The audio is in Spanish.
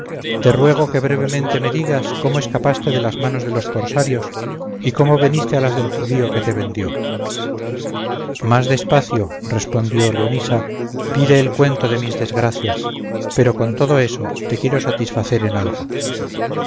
te ruego que brevemente me digas cómo escapaste de las manos de los cosarios y cómo veniste a las del judío que te vendió más espacio respondió leonisa pide el cuento de mis desgracias pero con todo eso te quiero satisfacer en algo